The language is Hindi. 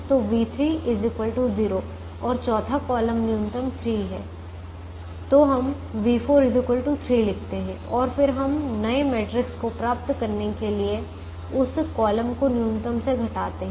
तो v3 0 और चौथा कॉलम न्यूनतम 3 है तो हम v4 3 लिखते हैं और फिर हम नए मैट्रिक्स को प्राप्त करने के लिए उस कॉलम को न्यूनतम से घटाते हैं